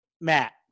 Matt